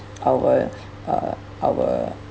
our uh our